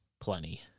plenty